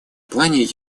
плане